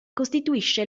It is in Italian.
costituisce